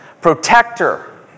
protector